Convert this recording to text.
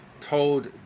told